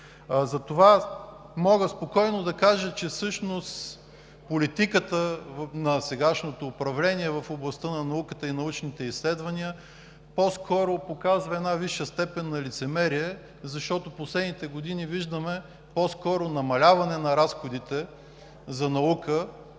Затова мога спокойно да кажа, че всъщност политиката на сегашното управление в областта на науката и научните изследвания показва една висша степен на лицемерие, защото в последните години по-скоро виждаме намаляване на разходите за наука